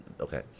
okay